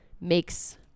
makes